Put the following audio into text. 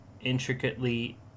intricately